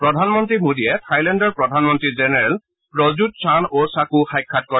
প্ৰধানমন্ত্ৰী মোদীয়ে থাইলেণ্ডৰ প্ৰধানমন্ত্ৰী general Prayut Chan o cha সাক্ষাৎ কৰে